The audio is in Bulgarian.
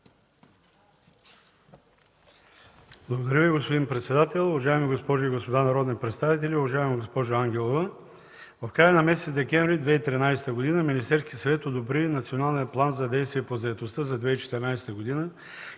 Благодаря Ви, господин председател. Уважаеми госпожи и господа народни представители! Уважаема госпожо Ангелова, в края на месец декември 2013 г. Министерският съвет одобри Националния план за действие по заетостта за 2014 г.